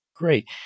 Great